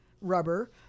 rubber